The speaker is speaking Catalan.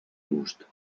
gust